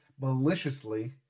maliciously